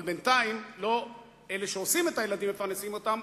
אבל בינתיים לא אלה שעושים את הילדים מפרנסים אותם,